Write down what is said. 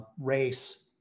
race